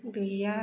गैया